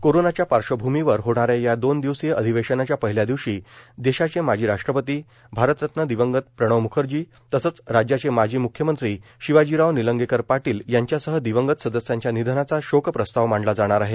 कोरोनाच्या पार्श्वभूमीवर होणाऱ्या या दोन दिवसीय अधिवेशनाच्या पहिल्या दिवशी देशाचे माजी राष्ट्रपती भारतरत्न दिवंगत प्रणव मुखर्जी तसंच राज्याचे माजी मुख्यमंत्री शिवाजीराव निलंगेकर पाटील यांच्यासह दिवंगत सदस्यांच्या निधनाचा शोकप्रस्ताव मांडला जाणार आहे